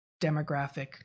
demographic